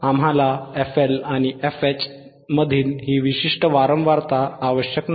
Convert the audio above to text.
आम्हाला FL आणि FH मधील ही विशिष्ट वारंवारता आवश्यक नाही